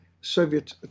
Soviet